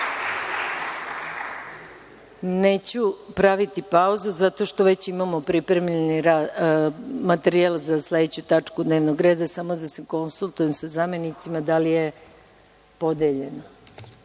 praviti pauzu zato što već imamo pripremljen materijal za sledeću tačku dnevnog reda. Samo da se konsultujem da sa zamenicima da li je